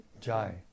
jai